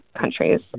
countries